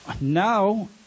now